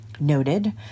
noted